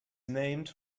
named